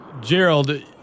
Gerald